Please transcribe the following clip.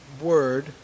word